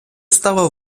стало